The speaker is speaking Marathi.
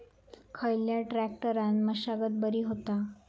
खयल्या ट्रॅक्टरान मशागत बरी होता?